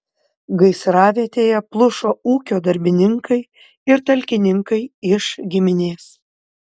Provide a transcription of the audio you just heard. gaisravietėje plušo ūkio darbininkai ir talkininkai iš giminės